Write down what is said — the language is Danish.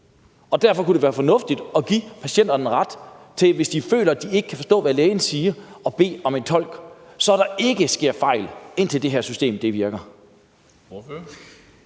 Og derfor kunne det være fornuftigt at give patienterne en ret til at bede om en tolk, hvis de ikke kan forstå, hvad en læge siger, så der ikke sker fejl, indtil det her system virker.